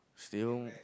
stay home